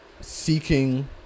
Seeking